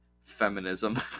feminism